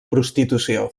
prostitució